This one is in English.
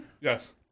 Yes